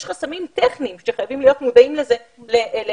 חסמים טכניים שחייבים להיות מודעים אליהם.